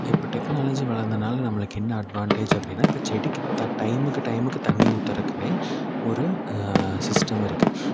இப்போ டெக்னாலஜி வளர்ந்தனால் நம்மளுக்கு என்ன அட்வாண்டேஜ் அப்படின்னா இப்போ செடிக்கு த டைமுக்கு டைமுக்கு தண்ணி ஊற்றுறக்குன்னே ஒரு சிஸ்டம் இருக்குது